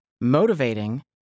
motivating